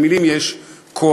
למילים יש כוח,